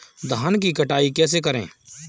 धान की कटाई कैसे करें?